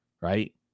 right